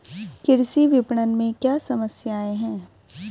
कृषि विपणन में क्या समस्याएँ हैं?